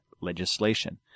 legislation